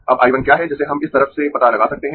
अब I 1 क्या है जिसे हम इस तरफ से पता लगा सकते है